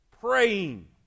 praying